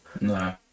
No